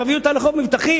תביא אותה לחוף מבטחים,